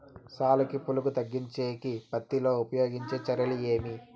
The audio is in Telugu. సాలుకి పులుగు తగ్గించేకి పత్తి లో ఉపయోగించే చర్యలు ఏమి?